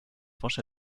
fos